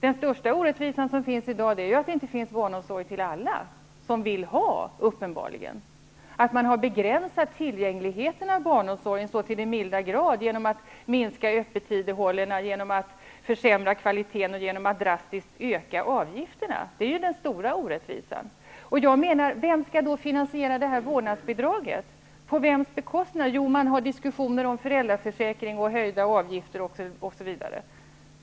Den största orättvisan i dag är att det inte finns barnomsorg till alla som uppenbarligen vill ha det, att man har begränsat tillgängligheten i barnomsorgen så till den milda grad, genom att minska öppettiderna, genom att försämra kvaliteten och genom att drastiskt öka avgifterna. Vem skall finansiera vårdnadsbidraget? På vems bekostnad införs det? Jo, det har förts diskussioner om föräldraförsäkring, höjda avgifter, osv.